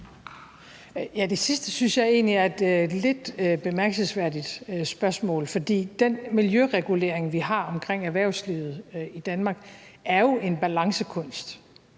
Det sidste synes jeg egentlig er et lidt bemærkelsesværdigt spørgsmål, for den miljøregulering, vi har omkring erhvervslivet i Danmark, er jo en balancekunst